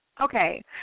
Okay